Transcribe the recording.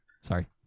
Sorry